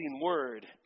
word